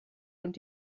und